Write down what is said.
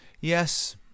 Yes